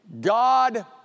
God